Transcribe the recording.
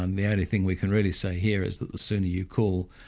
and the only thing we can really say here is that the sooner you call,